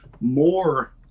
more